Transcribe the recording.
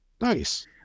nice